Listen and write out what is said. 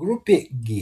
grupė g